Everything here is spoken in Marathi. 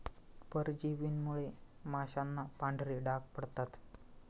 परजीवींमुळे माशांना पांढरे डाग पडतात